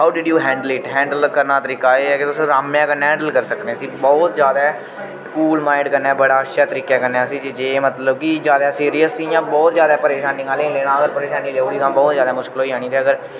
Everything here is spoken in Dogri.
how did you handle it handle करना दा तरीका एह् ऐ के तुस अरामै कन्नै हैंडल करी सकने इसी बोह्त ज्यादै कूल माइंड कन्नै बड़ै अच्छे तरीके कन्नै असें जे मतलब कि ज्यादा सीरियस इयां बोह्त ज्यादा परेशानी नी लेना अगर परेशानी लेई ओड़ी तां बहुत ज्यादा मुश्कल होई जानी ते अगर